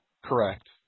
Correct